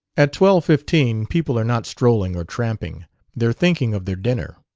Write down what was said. at twelve-fifteen people are not strolling or tramping they're thinking of their dinner.